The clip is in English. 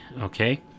okay